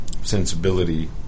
sensibility